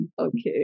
Okay